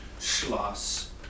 Schloss